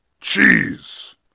cheese